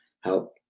help